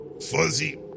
fuzzy